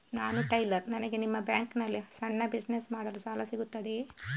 ನಾನು ಟೈಲರ್, ನನಗೆ ನಿಮ್ಮ ಬ್ಯಾಂಕ್ ನಲ್ಲಿ ಸಣ್ಣ ಬಿಸಿನೆಸ್ ಮಾಡಲು ಸಾಲ ಸಿಗುತ್ತದೆಯೇ?